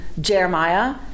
Jeremiah